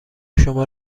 شما